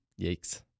Yikes